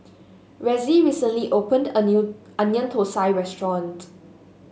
Ressie recently opened a new Onion Thosai Restaurant